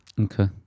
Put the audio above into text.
Okay